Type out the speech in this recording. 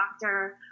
doctor